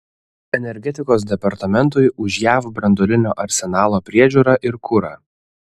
energetikos departamentui už jav branduolinio arsenalo priežiūrą ir kurą